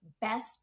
best